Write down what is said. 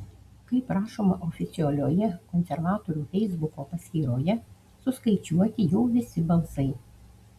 kaip rašoma oficialioje konservatorių feisbuko paskyroje suskaičiuoti jau visi balsai